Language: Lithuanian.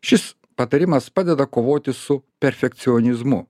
šis patarimas padeda kovoti su perfekcionizmu